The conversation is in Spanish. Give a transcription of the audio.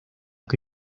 que